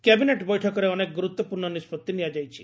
cabinet ବୈଠକରେ ଅନେକ ଗୁରୁତ୍ୱପୂର୍ଣ୍ଣ ନିଷ୍କଭି ନିଆଯାଇଛି